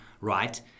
right